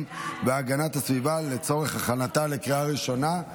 והגנת הסביבה לצורך הכנתה לקריאה ראשונה.